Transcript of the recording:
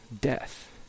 death